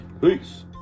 peace